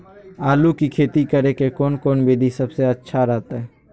आलू की खेती करें के कौन कौन विधि सबसे अच्छा रहतय?